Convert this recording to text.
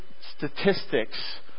statistics